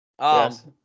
Yes